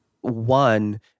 one